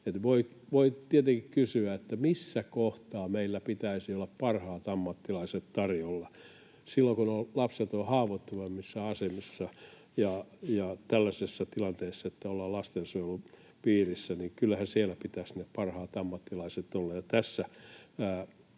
Voi tietenkin kysyä, että missä kohtaa meillä pitäisi olla parhaat ammattilaiset tarjolla. Silloin kun lapset ovat haavoittuvimmissa asemissa ja tällaisessa tilanteessa, että ollaan lastensuojelun piirissä, niin kyllähän siellä pitäisi ne parhaat ammattilaiset olla,